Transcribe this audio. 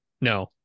No